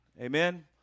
amen